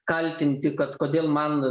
kaltinti kad kodėl man